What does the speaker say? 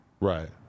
right